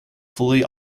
fully